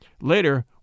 Later